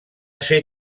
ser